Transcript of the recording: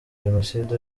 jenoside